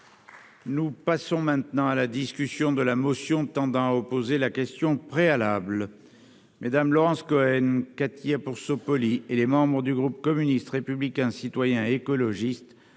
Nous passons maintenant à la discussion de la motion tendant à opposer la question préalable mesdames, Laurence Cohen, Katia pour se et les membres du groupe communiste, républicain, citoyen et écologiste